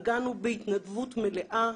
הגן הוא בהתנדבות מלאה.